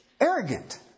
Arrogant